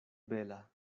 bela